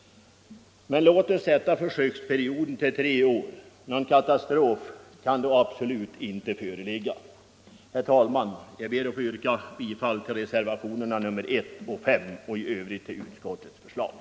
Men låt oss sätta försöksperioden till tre år. Någon katastrof kan det då absolut inte bli fråga om. Herr talman! Jag ber att få yrka bifall till reservationerna I och 5 och i övrigt till utskottets hemställan.